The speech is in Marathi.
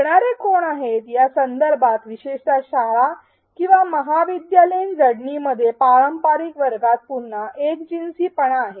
शिकणारे कोण आहेत या संदर्भात विशेषत शाळा किंवा महाविद्यालयीन जडणीमध्ये पारंपारिक वर्गात पुन्हा एकजिनसीपणा आहे